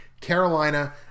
Carolina